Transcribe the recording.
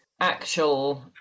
actual